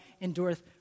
endureth